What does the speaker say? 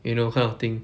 you know kind of thing